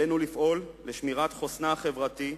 עלינו לפעול לשמירת חוסנה החברתי,